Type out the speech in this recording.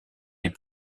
des